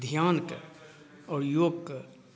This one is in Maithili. ध्यानके आओर योगके